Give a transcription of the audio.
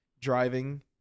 driving